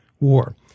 war